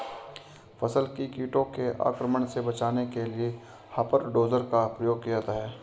फसल को कीटों के आक्रमण से बचाने के लिए हॉपर डोजर का प्रयोग किया जाता है